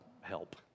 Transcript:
help